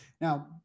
Now